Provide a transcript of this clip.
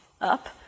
up